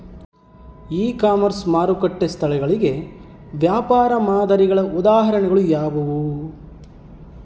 E commerce ಮಾರುಕಟ್ಟೆ ಸ್ಥಳಗಳಿಗೆ ವ್ಯಾಪಾರ ಮಾದರಿಗಳ ಉದಾಹರಣೆಗಳು ಯಾವುವು?